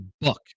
book